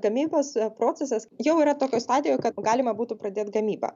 gamybos procesas jau yra tokioj stadijoj kad galima būtų pradėt gamybą